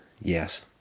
yes